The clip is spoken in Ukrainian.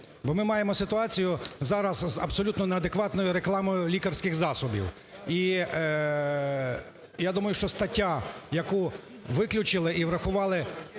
бо ми маємо ситуацію зараз абсолютно неадекватною рекламою лікарських засобів. І, я думаю, що стаття, яку виключили і врахували